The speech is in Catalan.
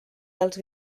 dels